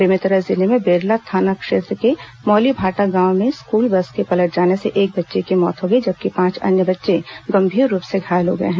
बेमेतरा जिले में बेरला थाना क्षेत्र के मौलीभाटा गांव में स्कूल बस के पलट जाने से एक बच्चे की मौत हो गई जबकि पांच अन्य बच्चे गंभीर रूप से घायल हो गए हैं